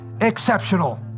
exceptional